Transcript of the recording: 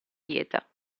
dieta